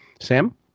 Sam